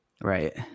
right